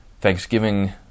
Thanksgiving